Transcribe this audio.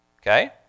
Okay